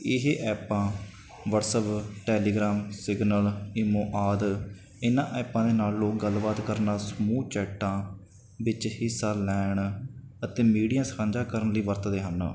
ਇਹ ਐਪਾਂ WhatsApp Telegram Signal imo ਆਦਿ ਇਹਨਾਂ ਐਪਾਂ ਦੇ ਨਾਲ ਲੋਕ ਗੱਲਬਾਤ ਕਰਨਾ ਸਮੂਹ ਚੈਟਾਂ ਵਿੱਚ ਹਿੱਸਾ ਲੈਣ ਅਤੇ ਮੀਡੀਆ ਸਾਂਝਾ ਕਰਨ ਲਈ ਵਰਤਦੇ ਹਨ